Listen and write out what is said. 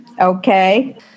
Okay